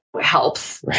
helps